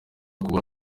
kubura